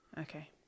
okay